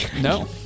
No